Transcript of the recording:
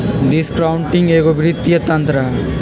discounting एगो वित्तीय तंत्र हइ